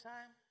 Time